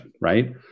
right